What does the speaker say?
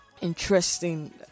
interesting